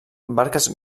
barques